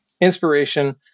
inspiration